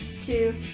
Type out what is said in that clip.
two